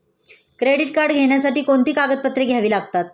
Credit card घेण्यासाठी कोणती कागदपत्रे घ्यावी लागतात?